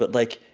but like,